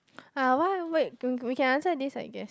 uh why wait we we can answer this I guess